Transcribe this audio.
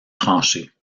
tranchée